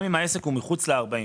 גם אם העסק מחוץ ל-40 קילומטרים,